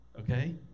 Okay